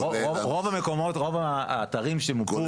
רוב האתרים שמוקמו,